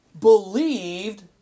believed